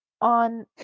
on